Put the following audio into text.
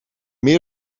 meer